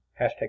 Hashtag